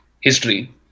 history